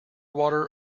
water